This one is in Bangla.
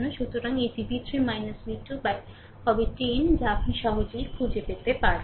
সুতরাং এটিv3 v2 হবে 10 যা আপনি সহজেই খুঁজে পেতে পারেন